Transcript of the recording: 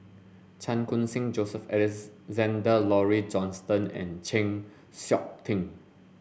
Chan Khun Sing Joseph Alexander Laurie Johnston and Chng Seok Tin